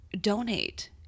donate